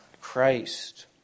Christ